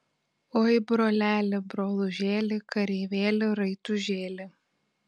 oi broleli brolužėli kareivėli raitužėli